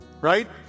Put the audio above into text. right